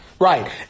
Right